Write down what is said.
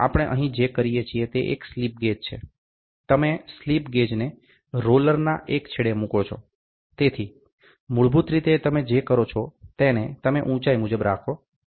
તેથી આપણે અહીં જે કરીએ છીએ તે એક સ્લિપ ગેજ છે તેથી તમે સ્લિપ ગેજને રોલરના એક છેડે મૂકો છો તેથી મૂળભૂત રીતે તમે જે કરો છો તેને તમે ઉંચાઇ મુજબ રાખો છો